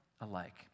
alike